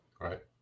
right